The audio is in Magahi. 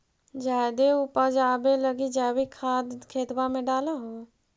जायदे उपजाबे लगी जैवीक खाद खेतबा मे डाल हो?